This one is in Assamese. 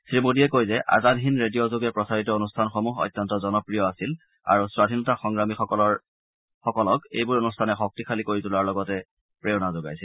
শ্ৰীমোদীয়ে কয় যে আজাদ হিন্দ ৰেডিঅ'যোগে প্ৰচাৰিত অনুষ্ঠানসমূহ অত্যন্ত জনপ্ৰিয় আছিল আৰু স্বাধীনতা সংগ্ৰামীসকলৰ এইবোৰ অনুষ্ঠানে শক্তিশালী কৰি তোলাৰ লগতে প্ৰেৰণা যোগাইছিল